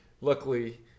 luckily